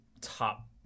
top